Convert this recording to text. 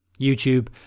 YouTube